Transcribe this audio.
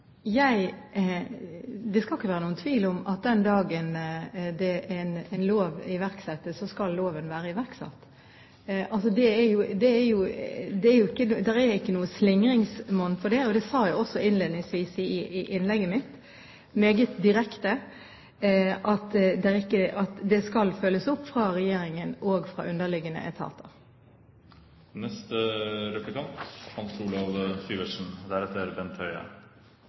Det skal ikke være noen tvil om at den dagen det er bestemt at en lov skal iverksettes, skal loven være iverksatt. Det er ikke noe slingringsmonn for det. Det sa jeg også innledningsvis meget direkte i innlegget mitt, at det skal følges opp fra regjeringen og fra underliggende etater.